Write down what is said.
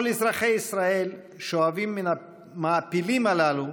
כל אזרחי ישראל שואבים מן מהמעפילים הללו